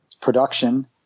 production